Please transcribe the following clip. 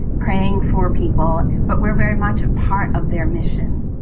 praying for people. but we're very much a part of their mission.